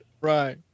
Right